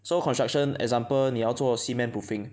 so construction example 你要做 cement proofing